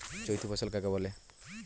চৈতি ফসল কাকে বলে?